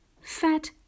fat